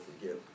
forgive